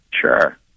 Sure